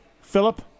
Philip